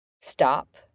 stop